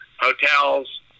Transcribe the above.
hotels